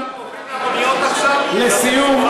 לסיום,